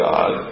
God